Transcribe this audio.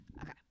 Okay